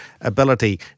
ability